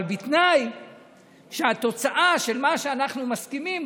אבל בתנאי שהתוצאה של מה שאנחנו מסכימים,